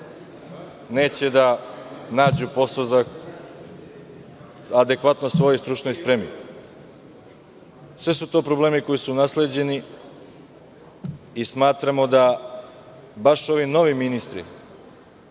neće naći posao adekvatan svojoj stručnoj spremi. Sve su to problemi koji su nasleđeni i smatramo da baš ovi novi ministri,